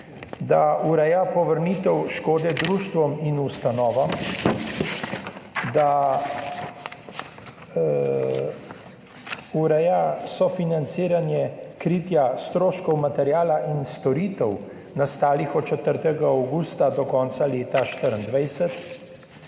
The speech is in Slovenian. da ureja povrnitev škode društvom in ustanovam, da ureja sofinanciranje kritja stroškov materiala in storitev, nastalih od 4. avgusta do konca leta 2024.